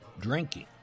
drinking